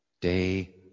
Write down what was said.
Day